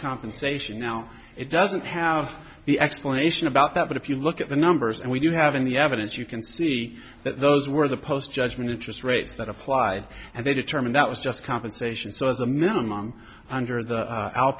compensation now it doesn't have the explanation about that but if you look at the numbers and we do have in the evidence you can see that those were the post judgment interest rates that apply and they determined that was just compensation so as a minimum under the